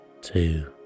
two